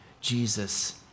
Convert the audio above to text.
Jesus